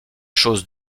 chose